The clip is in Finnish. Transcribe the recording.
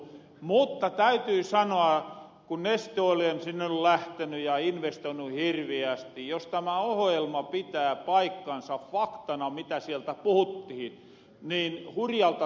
mutta täytyy sanoa että kun neste oil on sinne lähteny ja investoinu hirviästi ja jos tämä ohjelma pitää paikkansa faktana mitä sieltä puhuttihin niin hurjalta tuntuu